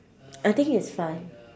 I think it's fine